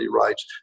rights